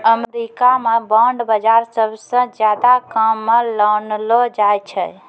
अमरीका म बांड बाजार सबसअ ज्यादा काम म लानलो जाय छै